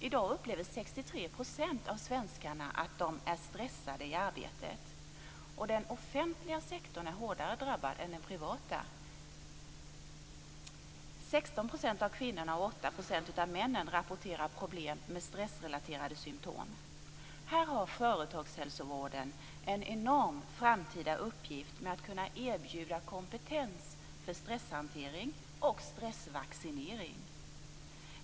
I dag upplever 63 % av svenskarna att de är stressade i arbetet. Den offentliga sektorn är hårdare drabbad än den privata. 16 % av kvinnorna och 8 % av männen rapporterar problem med stressrelaterade symtom. Här har företagshälsovården en enorm framtida uppgift med att kunna erbjuda kompetens för stresshantering och stressvaccinering.